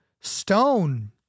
stone